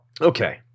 Okay